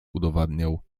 udowadniał